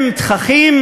עם תככים,